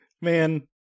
Man